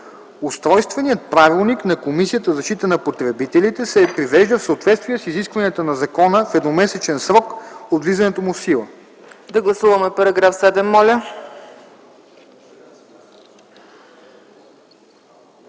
Устройственият правилник на Комисията за защита на потребителите се привежда в съответствие с изискванията на закона в едномесечен срок от влизането му в сила.”